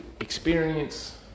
experience